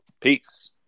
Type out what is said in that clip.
Peace